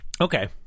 Okay